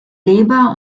leber